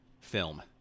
film